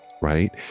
right